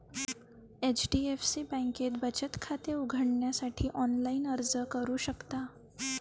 HDFC बँकेत बचत खाते उघडण्यासाठी ऑनलाइन अर्ज करू शकता